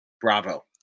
Bravo